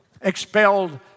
expelled